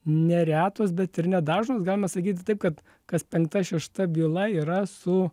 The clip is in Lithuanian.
ne retos bet ir nedažnos galima sakyti taip kad kas penkta šešta byla yra su